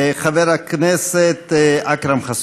חבר הכנסת אכרם חסון.